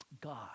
God